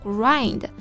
Grind